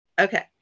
Okay